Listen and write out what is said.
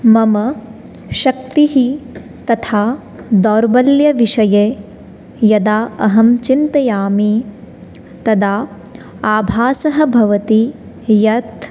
मम शक्तिः तथा दौर्बल्यविषये यदा अहं चिन्तयामि तदा आभासः भवति यत्